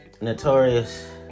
notorious